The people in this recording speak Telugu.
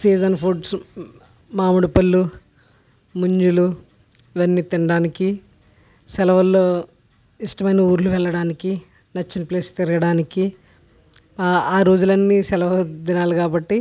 సీజన్ ఫుడ్స్ మామిడిపళ్ళు ముంజులు ఇవన్నీ తినడానికి సెలవుల్లో ఇష్టమైన ఊళ్ళో వెళ్ళడానికి నచ్చిన ప్లేస్ తిరగడానికి ఆ ఆ రోజులన్నీ సెలవు దినాలు కాబట్టి